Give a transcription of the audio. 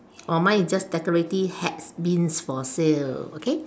oh mine is just decorative hats bins for sale okay